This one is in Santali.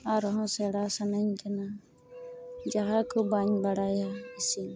ᱟᱨᱦᱚᱸ ᱥᱮᱬᱟ ᱥᱟᱹᱱᱟᱹᱧ ᱠᱟᱱᱟ ᱡᱟᱦᱟᱸ ᱠᱚ ᱵᱟᱹᱧ ᱵᱟᱲᱟᱭᱟ ᱤᱥᱤᱱ